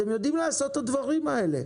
אתם יודעים לעשות את הדברים האלה,